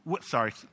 sorry